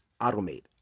automate